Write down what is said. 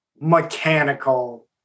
mechanical